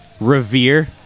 Revere